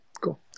cool